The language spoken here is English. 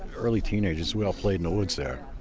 early teenagers we all played in the woods there.